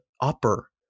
upper